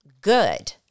good